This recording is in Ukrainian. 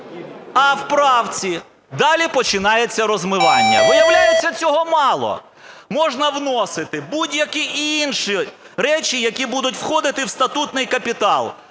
А в правці далі починається розмивання, виявляється, цього мало, можна вносити будь-які інші речі, які будуть входити в статутний капітал,